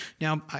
Now